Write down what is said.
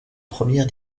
première